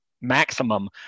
maximum